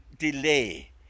delay